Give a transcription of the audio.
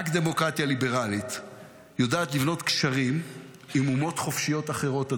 רק דמוקרטיה ליברלית יודעת לבנות גשרים עם אומות חופשיות אחרות,